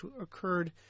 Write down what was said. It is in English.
occurred